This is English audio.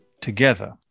together